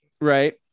Right